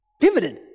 pivoted